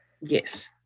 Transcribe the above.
Yes